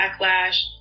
backlash